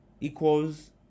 equals